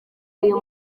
uyu